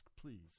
please